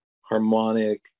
harmonic